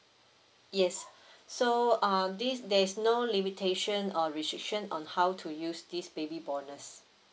yes so um this there is no limitation or restriction on how to use this baby bonus